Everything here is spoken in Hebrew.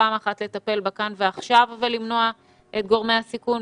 פעם אחת לטפל כאן ועכשיו ולמנוע את גורמי הסיכון,